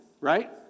right